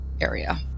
area